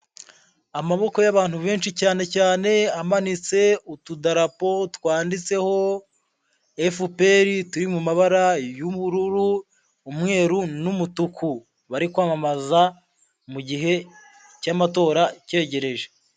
Amaboko y'abantu benshi cyane cyane amanitse utudarapo twanditseho FPR, turi mu mabara y'ubururu, umweru n'umutuku, bari kwamamaza mu gihe cy'amatora cyegereje.